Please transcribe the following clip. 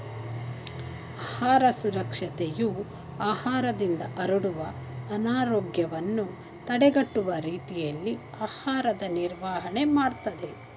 ಆಹಾರ ಸುರಕ್ಷತೆಯು ಆಹಾರದಿಂದ ಹರಡುವ ಅನಾರೋಗ್ಯವನ್ನು ತಡೆಗಟ್ಟುವ ರೀತಿಯಲ್ಲಿ ಆಹಾರದ ನಿರ್ವಹಣೆ ಮಾಡ್ತದೆ